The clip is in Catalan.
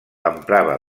emprava